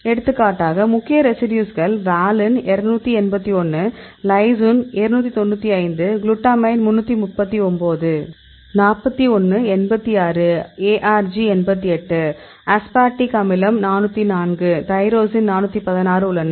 எடுத்துக்காட்டாக முக்கிய ரெசிடியூஸ்கள் valine 281 lysine 295 glutamine 339 41 86 arg 88 aspartic அமிலம் 404 டைரோசின் 416 உள்ளன